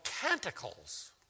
canticles